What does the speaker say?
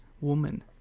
woman